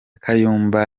kayumba